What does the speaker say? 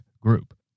group